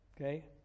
Okay